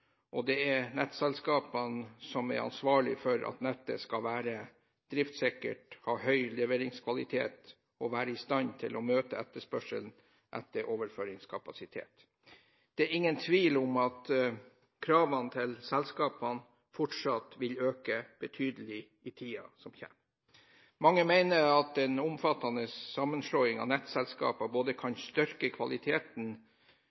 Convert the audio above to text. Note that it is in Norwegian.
og det er nettselskapene som er ansvarlige for at nettet skal være driftssikkert, ha høy leveringskvalitet og være i stand til å møte etterspørselen etter overføringskapasitet. Det er ingen tvil om at kravene til selskapene fortsatt vil øke betydelig i tiden som kommer. Mange mener at den omfattende sammenslåingen av nettselskaper både